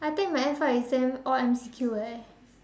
I think might as well you send all M_C_Q like that